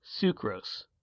sucrose